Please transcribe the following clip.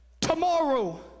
Tomorrow